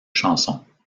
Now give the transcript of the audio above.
chansons